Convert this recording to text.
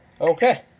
Okay